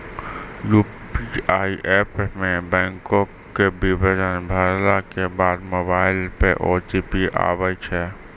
UPI app मे बैंको के विबरण भरला के बाद मोबाइल पे ओ.टी.पी आबै छै